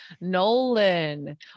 nolan